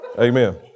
Amen